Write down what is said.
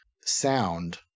sound